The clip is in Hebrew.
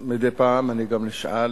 ומדי פעם אני גם נשאל